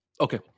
Okay